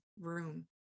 room